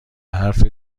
حرفت